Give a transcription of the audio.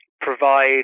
provide